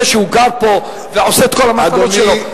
זה שהוא גר פה ועושה את כל המטלות שלו,